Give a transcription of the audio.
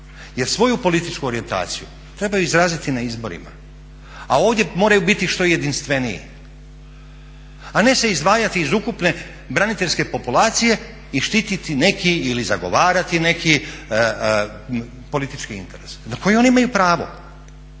jer svoju političku orijentaciju trebaju izraziti na izborima, a ovdje moraju biti što jedinstveniji, a ne se izdvajati iz ukupne braniteljske populacije i štititi neki ili zagovarati neki politički interes na koji oni imaju pravo.